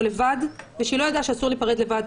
לבד ושהיא לא ידעה שאסור להיפרד לבד.